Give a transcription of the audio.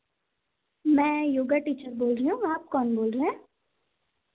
मैं योगा टीचर बोल रही हूँ आप कौन बोल रहे हैं